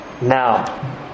Now